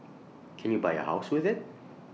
can you buy A house with IT